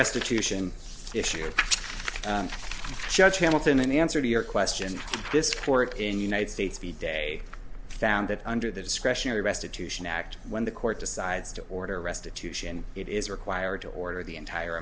restitution issue of judge hamilton in answer to your question this court in united states v day found that under the discretionary restitution act when the court decides to order restitution it is required to order the entire